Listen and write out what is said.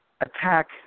attack